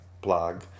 blog